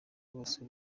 bose